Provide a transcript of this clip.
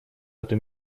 эту